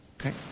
Okay